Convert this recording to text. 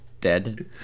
Dead